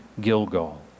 Gilgal